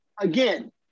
again